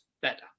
better